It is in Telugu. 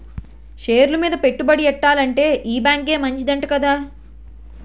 షేర్లు మీద పెట్టుబడి ఎట్టాలంటే ఈ బేంకే మంచిదంట కదా